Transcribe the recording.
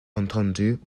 entendu